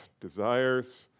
desires